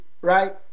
right